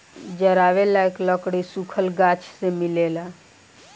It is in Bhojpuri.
जरावे लायक लकड़ी सुखल गाछ से मिलेला